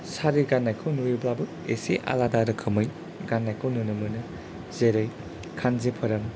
सारि गाननायखौ नुयोबाबो एसे आलादा रोखोमै गाननायखौ नुनो मोनो जेरै कान्जिबरम